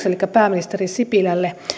elikkä pääministeri sipilälle